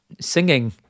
singing